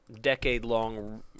decade-long